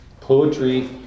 Poetry